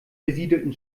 besiedelten